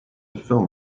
film